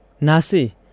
Nasi